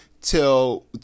till